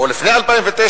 או לפני 2009,